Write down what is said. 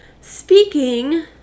Speaking